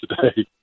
today